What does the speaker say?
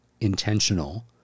intentional